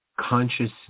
consciousness